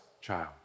child